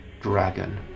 dragon